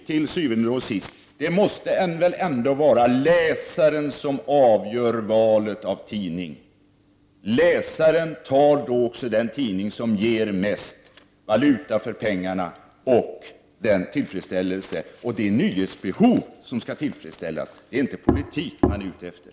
Til syvende og sidst: Det måste väl ändå vara läsaren som avgör valet av tidning. Läsaren tar då också den tidning som ger bästa valutan för pengarna och som skänker tillfredsställelse, alltså som tillfredsställer läsarens nyhetsbehov. Det är inte politik som man är ute efter.